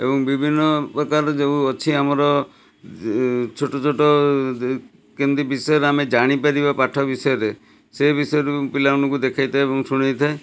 ଏବଂ ବିଭିନ୍ନ ପ୍ରକାର ଯେଉଁ ଅଛି ଆମର ଛୋଟ ଛୋଟ କେମିତି ବିଷୟରେ ଆମେ ଜାଣିପାରିବା ପାଠ ବିଷୟରେ ସେ ବିଷୟରେ ପିଲାମାନଙ୍କୁ ଦେଖେଇଥାଏ ଏବଂ ଶୁଣେଇଥାଏ